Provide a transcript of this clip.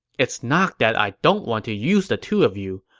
it's not that i don't want to use the two of you,